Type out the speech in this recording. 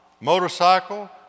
motorcycle